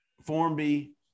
Formby